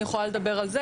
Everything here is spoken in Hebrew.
אני יכולה לדבר על זה.